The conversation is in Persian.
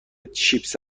چیپس